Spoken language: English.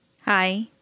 Hi